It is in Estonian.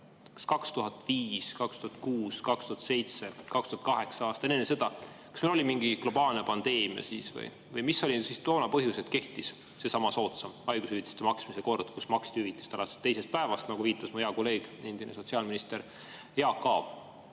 kas 2005, 2006, 2007, 2008 ja enne seda oli mingi globaalne pandeemia või mis oli toona põhjus, et kehtis seesama soodsam haigushüvitiste maksmise kord, kui maksti hüvitist alates teisest päevast, nagu viitas mu hea kolleeg, endine sotsiaalminister Jaak Aab.